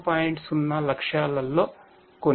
0 లక్ష్యాలలో కొన్ని